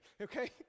okay